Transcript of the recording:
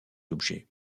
objets